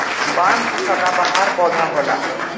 बांस सदाबहार पौधा होला